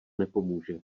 nepomůže